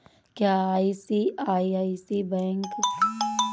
क्या ICICI bank के पास ऑनलाइन ऋण चुकौती का विकल्प नहीं है?